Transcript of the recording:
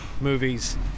movies